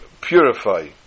purify